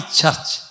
church